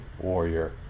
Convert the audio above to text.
Warrior